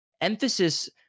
emphasis